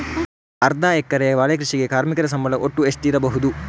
ಅರ್ಧ ಎಕರೆಯ ಬಾಳೆ ಕೃಷಿಗೆ ಕಾರ್ಮಿಕ ಸಂಬಳ ಒಟ್ಟು ಎಷ್ಟಿರಬಹುದು?